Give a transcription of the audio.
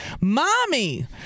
Mommy